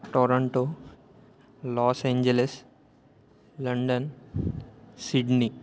Toronto Los Angeles London Sydney